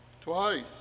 twice